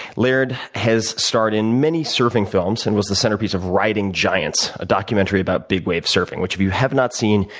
laird has starred in many surfing films and was the centerpiece of riding giants, a documentary about big-wave surfing, which if you have not seen,